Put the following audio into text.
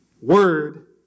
word